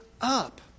up